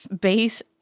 base